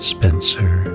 Spencer